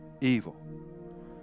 evil